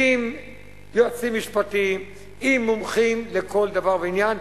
עם יועצים משפטיים, עם מומחים לכל דבר ועניין.